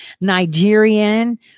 Nigerian